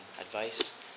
advice